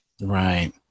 Right